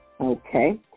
Okay